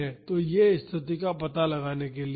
तो ये स्तिथि का पता लगाने के लिए है